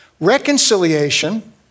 Reconciliation